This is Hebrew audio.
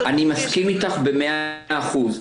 אני מסכים איתך במאה אחוז.